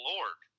Lord